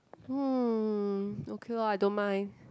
hmm okay lor I don't mind